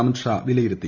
അമിത്ഷാ വിലയിരുത്തി